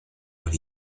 when